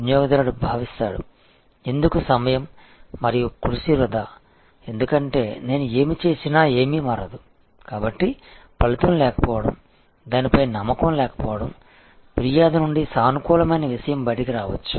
వినియోగదారుడు భావిస్తాడు ఎందుకు సమయం మరియు కృషి వృధా ఎందుకంటే నేను ఏమి చేసినా ఏమీ మారదు కాబట్టి ఫలితం లేకపోవడం దానిపై నమ్మకం లేకపోవడం ఫిర్యాదు నుండి సానుకూలమైన విషయం బయటకు రావచ్చు